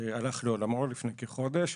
שהלך לעולמו לפני כחודש,